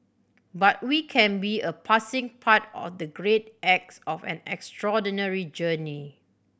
but we can be a passing part of the great acts of an extraordinary journey